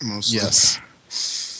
Yes